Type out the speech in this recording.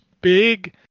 big